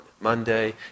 Monday